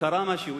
קרה משהו,